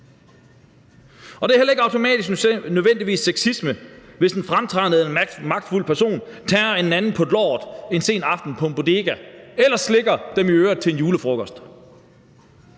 Det er heller ikke nødvendigvis automatisk sexisme, hvis en fremtrædende, magtfuld person tager en anden på låret en sen aften på en bodega eller slikker dem i øret til en julefrokost.